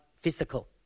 physical